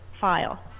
file